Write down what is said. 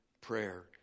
prayer